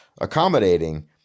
accommodating